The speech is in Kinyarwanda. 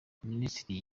minisiteri